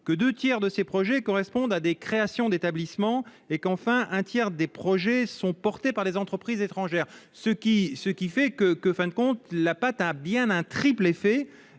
que 2 tiers de ces projets correspondent à des créations d'établissements et qu'enfin, un tiers des projets sont portés par les entreprises étrangères ce qui ce qui fait que que fin de compte, la patte à bien un triple effet